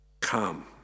Come